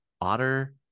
Otter